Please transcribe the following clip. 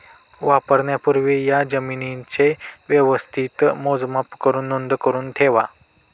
वापरण्यापूर्वी या जमीनेचे व्यवस्थित मोजमाप करुन नोंद करुन ठेवा